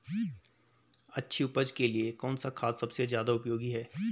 अच्छी उपज के लिए कौन सा खाद सबसे ज़्यादा उपयोगी है?